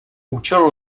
účel